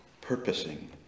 purposing